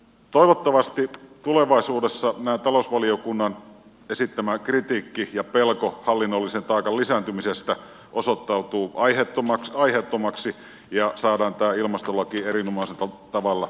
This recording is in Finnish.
toivottavasti tulevaisuudessa tämä talousvaliokunnan esittämä kritiikki ja pelko hallinnollisen taakan lisääntymisestä osoittautuu aiheettomaksi ja saadaan tämä ilmastolaki erinomaisella tavalla myöskin toimimaan